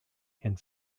and